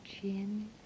chin